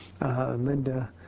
Linda